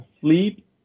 sleep